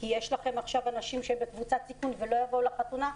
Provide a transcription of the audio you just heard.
ויש לכם עכשיו אנשים בקבוצות סיכון ולא יבואו לחתונה.